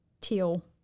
Teal